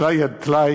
טלאי על טלאי,